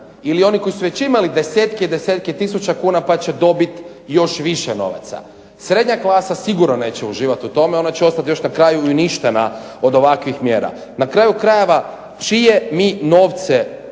ili oni koji su već imali desetke i desetke tisuća kuna pa će dobiti još više novaca. Srednja klasa sigurno neće uživati u tome, ona će ostati na kraju uništena od ovakvih mjera. Na kraju krajeva čiji su ti novci koji